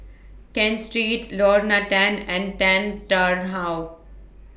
Ken Street Lorna Tan and Tan Tarn How